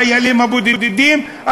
החיילים הבודדים,